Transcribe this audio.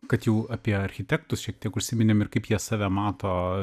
kad jau apie architektus šiek tiek užsiminėm ir kaip jie save mato